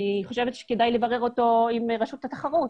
אני חושבת שכדאי לברר אותו עם רשות התחרות,